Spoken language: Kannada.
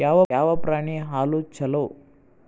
ಯಾವ ಪ್ರಾಣಿ ಹಾಲು ಛಲೋ?